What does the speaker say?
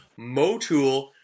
Motul